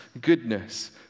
goodness